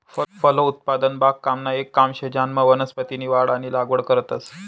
फलोत्पादन बागकामनं येक काम शे ज्यानामा वनस्पतीसनी वाढ आणि लागवड करतंस